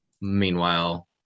Meanwhile